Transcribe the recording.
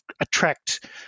attract